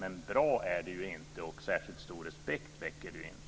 Men bra är det ju inte och särskilt stor respekt väcker det inte.